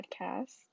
podcast